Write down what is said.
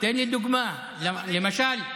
שלא יתבטא בעד, למה נגד?